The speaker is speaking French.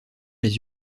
les